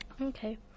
Okay